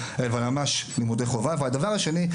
אלא ממש לימודי חובה והדבר השני,